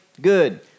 good